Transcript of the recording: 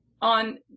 on